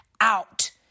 out